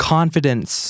Confidence